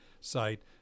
site